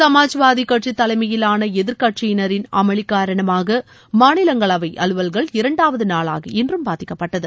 சமாஜ்வாதி கட்சித் தலைமையிலான எதிர்க்கட்சியினரின் அமளி காரணமாக மாநிலங்களவை அலுவல்கள் இரண்டாவது நாளாக இன்றும் பாதிக்கப்பட்டது